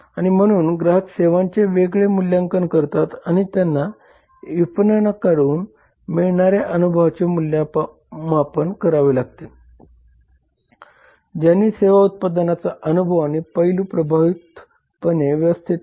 आणि म्हणून ग्राहक सेवांचे वेगळे मूल्यांकन करतात कारण त्यांना विपणकाकडून मिळणाऱ्या अनुभवाचे मूल्यमापन करावे लागते ज्यांनी सेवा उत्पादनाचा अनुभव आणि पैलू प्रभावीपणे व्यवस्थापित केले आहेत